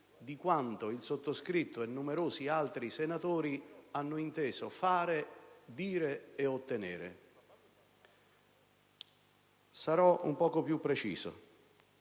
di quanto il sottoscritto e numerosi altri senatori hanno inteso fare, dire e ottenere. Sarò un po' più preciso.